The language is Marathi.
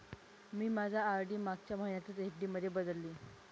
मी माझी आर.डी मागच्या महिन्यातच एफ.डी मध्ये बदलली